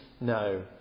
no